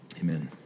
amen